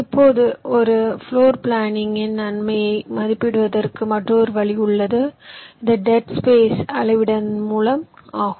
இப்போது ஒரு பிளோர் பிளானிங்கின் நன்மையை மதிப்பிடுவதற்கு மற்றொரு வழி உள்ளது இது டெட் ஸ்பேஸ் அளவிடுவதன் மூலம் ஆகும்